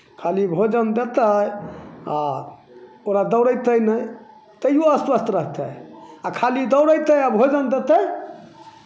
खाली भोजन देतै आ ओकरा दौड़यतै नहि तैओ अस्वस्थ रहतै आ खाली दौड़यतै आ भोजन देतै